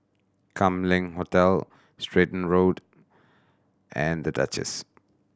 Kam Leng Hotel Stratton Road and The Duchess